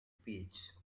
pitch